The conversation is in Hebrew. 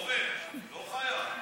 עמר, לא חייב.